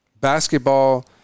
basketball